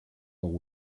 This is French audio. ans